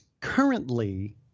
currently